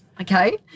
Okay